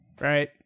Right